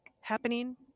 happening